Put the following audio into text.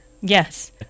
Yes